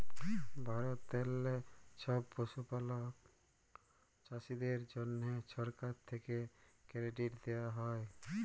ভারতেললে ছব পশুপালক চাষীদের জ্যনহে সরকার থ্যাকে কেরডিট দেওয়া হ্যয়